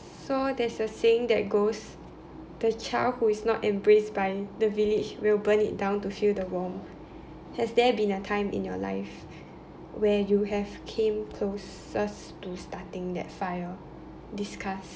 so there's a saying that goes the child who is not embraced by the village will burn it down to feel the warmth has there been a time in your life where you have came closest to starting that fire discuss